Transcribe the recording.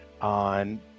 on